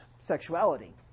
sexuality